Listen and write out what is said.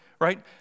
right